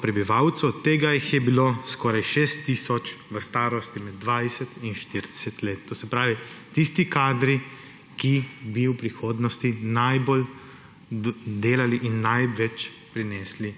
prebivalcev, od tega jih je bilo skoraj 6 tisoč v starosti med 20 in 40 let. To se pravi, tisti kadri, ki bi v prihodnosti najbolj delali in največ prinesli